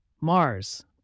Mars